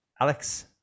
Alex